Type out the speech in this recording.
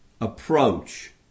approach